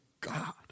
God